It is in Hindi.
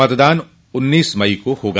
मतदान उन्नीस मई को होगा